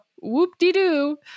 Whoop-dee-doo